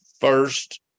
first